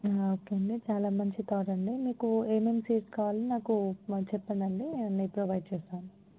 okay అండి చాలా మంచి థాట్ అండి మీకు ఏమేమి సీడ్స్ కావాలో నాకు మళ్ళీ చెప్పండండి నేను ప్రొవైడ్ చేస్తాను